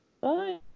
Bye